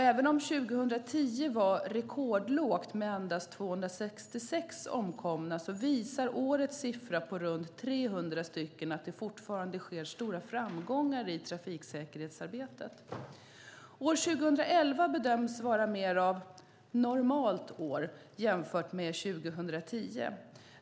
Även om antalet 2010 var rekordlågt med endast 266 omkomna visar årets siffra på runt 300 att det fortfarande sker stora framgångar i trafiksäkerhetsarbetet. År 2011 bedöms vara mer av ett "normalt år" jämfört med 2010.